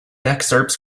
excerpts